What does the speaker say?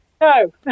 No